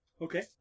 Okay